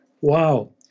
wow